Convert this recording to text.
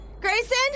Grayson